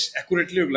accurately